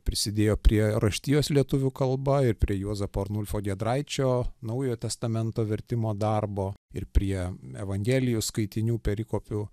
prisidėjo prie raštijos lietuvių kalba ir prie juozapo arnulfo giedraičio naujojo testamento vertimo darbo ir prie evangelijos skaitinių perikopių